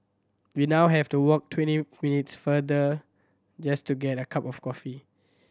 we now have to walk twenty minutes farther just to get a cup of coffee